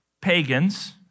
pagans